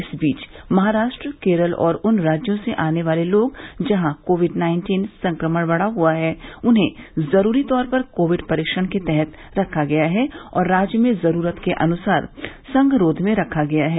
इस बीच महाराष्ट्र केरल और उन राज्यों से आने वाले लोग जहां कोविड नाइन्टी संक्रमण बढा हुआ है उन्हें जरूरी तौर पर कोविड परीक्षण के तहत रखा गया है और राज्य में जरूरत के अनुसार संगरोध में रखा गया है